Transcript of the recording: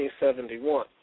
1971